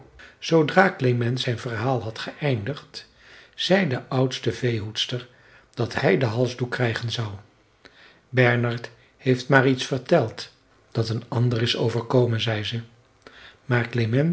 zoodra klement zijn verhaal had geëindigd zei de oudste veehoedster dat hij den halsdoek krijgen zou bernhard heeft maar iets verteld dat een ander is overkomen zei ze maar